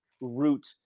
root